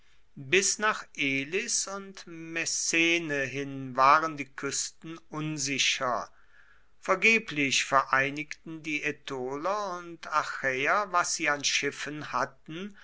bis nach elis und messene hin waren die kuesten unsicher vergeblich vereinigten die aetoler und achaeer was sie an schiffen hatten